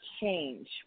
change